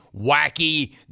wacky